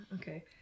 Okay